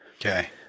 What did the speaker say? Okay